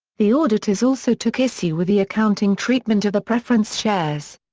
the auditors also took issue with the accounting treatment of the preference shares.